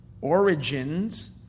origins